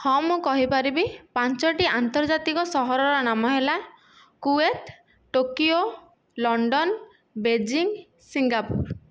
ହଁ ମୁଁ କହିପାରିବି ପାଞ୍ଚଟି ଆନ୍ତର୍ଜାତିକ ସହରର ନାମ ହେଲା Kuwait Tokyo London Beijing Singapore